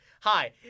hi